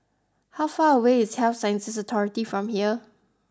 how far away is Health Sciences Authority from here